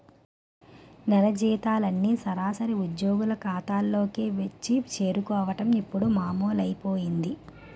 నెల జీతాలన్నీ సరాసరి ఉద్యోగుల ఖాతాల్లోకే వచ్చి చేరుకోవడం ఇప్పుడు మామూలైపోయింది